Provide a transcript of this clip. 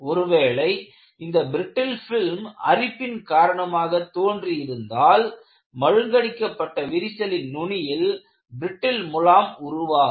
ஒருவேளை இந்த brittle film அரிப்பின் காரணமாக தோன்றி இருந்தால் மழுங்கடிக்கப்பட்ட விரிசலின் நுனியில் பிரிட்டில் முலாம் உருவாகும்